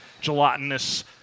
gelatinous